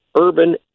urban